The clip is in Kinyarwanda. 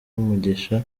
umugisha